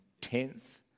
tenth